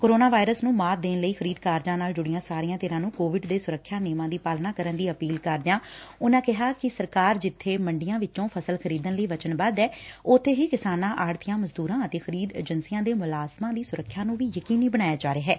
corona virus ਨੂੰ ਮਾਤ ਦੇਣ ਲਈ ਖਰੀਂਦ ਕਾਰਜਾਂ ਨਾਲ ਜੁਤੀਆਂ ਸਾਰੀਆਂ ਧਿਰਾਂ ਨੂੰ ਕੋਵਿਡ ਦੇ ਸੁਰੱਖਿਆ ਨੇਮਾਂ ਦੀ ਪਾਲਣਾ ਕਰਨ ਦੀ ਅਪੀਲ ਕਰਦਿਆਂ ਕਿਹਾ ਕਿ ਸਰਕਾਰ ਜਿੱਬੇ ਮੰਡੀਆਂ ਵਿਚੋਂ ਫਸਲ ਖਰੀਦਣ ਲਈ ਵਚਨਬੱਧ ਐ ਉਬੇ ਹੀ ਕਿਸਾਨਾਂ ਆਤਤੀਆਂ ਮਜਦੂਰਾਂ ਅਤੇ ਖਰੀਦ ਏਜੰਸੀਆਂ ਦੇ ਮੁਲਾਜ਼ਮਾਂ ਦੀ ਸੁਰੱਖਿਆ ਨੂੰ ਵੀ ਯਕੀਨੀ ਬਣਾਇਆ ਜਾ ਰਿਹੈ